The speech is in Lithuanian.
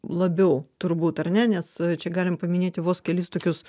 labiau turbūt ar ne nes čia galim paminėti vos kelis tokius